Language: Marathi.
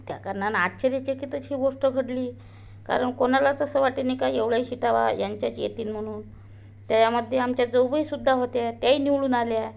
त्या कारणानं आश्चर्यचकितच ही गोष्ट घडली कारण कोणालाच असं वाटे नाही का एवढ्या सीटा वा यांच्याच येतील म्हणून त्यामध्ये आमच्या जाऊबाईसुद्धा होत्या त्याही निवडून आल्या